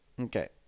okay